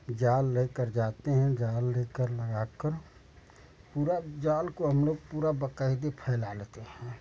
जाल लेकर जाते हैं जाल लेकर लगा कर पूरा जाल को हम लोग पूरा बकायदे फैला लेते हैं